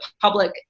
public